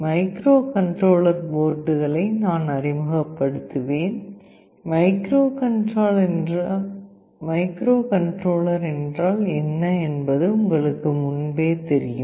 microcontroller போர்டுகளை நான் அறிமுகப்படுத்துவேன் மைக்ரோகண்ட்ரோலர் என்றால் என்ன என்பது உங்களுக்கு முன்பே தெரியும்